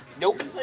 Nope